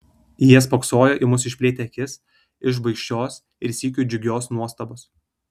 jie spoksojo į mus išplėtę akis iš baikščios ir sykiu džiugios nuostabos